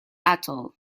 atoll